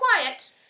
quiet